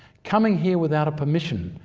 coming here without a permission,